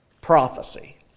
prophecy